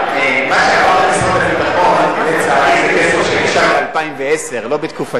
מה שעבר למשרד הביטחון זה כסף שנשאר מ-2010 לא בתקופתי.